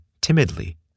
timidly